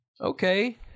okay